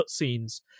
cutscenes